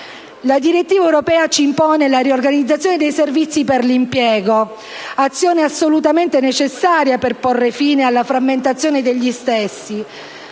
La direttiva europea ci impone la riorganizzazione dei servizi per l'impiego, azione assolutamente necessaria per porre fine alla frammentazione degli stessi,